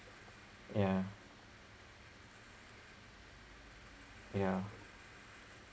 ya ya